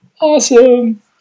Awesome